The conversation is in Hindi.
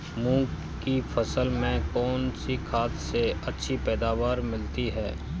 मूंग की फसल में कौनसी खाद से अच्छी पैदावार मिलती है?